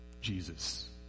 Jesus